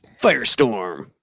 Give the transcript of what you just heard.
Firestorm